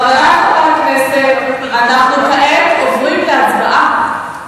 חברי חברי הכנסת, אנחנו כעת עוברים להצבעה.